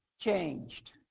changed